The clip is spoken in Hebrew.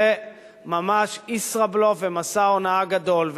זה ממש ישראבלוף ומסע הונאה גדול,